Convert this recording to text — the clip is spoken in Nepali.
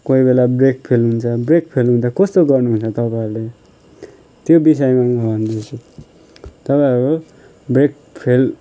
कोही बेला ब्रेक फेल हुन्छ ब्रेक फेल हुँदा कस्तो गर्नु हुन्छ तपाईँहरूले त्यो विषयमा म भन्दैछु तपाईँहरू ब्रेक फेल